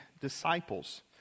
disciples